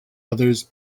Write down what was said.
others